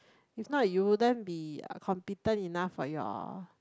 if not you wouldn't be uh competent enough for your